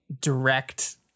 direct